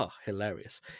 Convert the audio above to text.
Hilarious